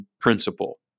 Principle